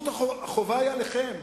החובה היא עליכם.